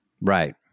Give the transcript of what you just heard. Right